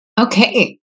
Okay